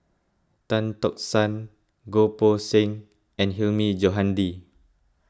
Tan Tock San Goh Poh Seng and Hilmi Johandi